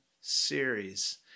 series